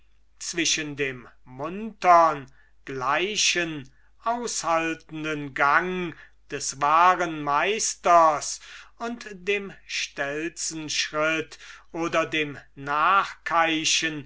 zwischen dem muntern gleichen aushaltenden gang des wahren meisters und dem stelzenschritt oder dem